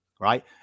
Right